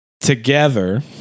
together